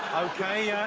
okay